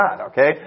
okay